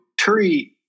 Turi